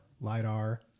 LiDAR